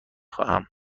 خواهم